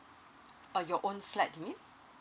uh your own flat you mean